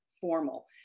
formal